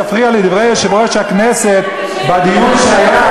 להפריע לדברי יושב-ראש הכנסת בדיון שהיה,